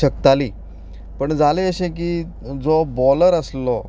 शकताली पूण जालें अशें की जो बॉलर आसलो